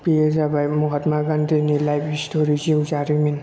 बेयो जाबाय महात्मा गान्धीनि लाइफ स्थरि जिउ जारिमिन